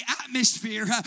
atmosphere